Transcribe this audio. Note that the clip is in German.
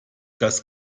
das